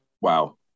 Wow